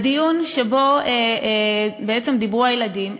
בדיון שבו דיברו הילדים,